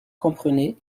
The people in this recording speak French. comprenaient